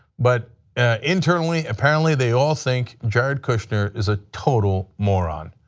but internally apparently they all think jared kushner is a total moron.